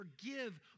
forgive